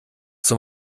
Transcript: zum